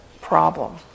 problem